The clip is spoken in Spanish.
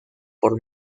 por